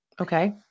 Okay